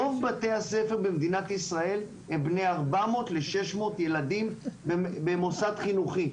רוב בתי הספר במדינת ישראל מונים 400-600 ילדים במוסד חינוכי.